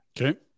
Okay